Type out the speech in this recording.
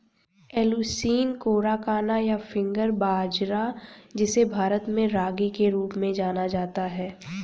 Eleusine coracana, या finger बाजरा, जिसे भारत में रागी के रूप में जाना जाता है